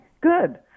good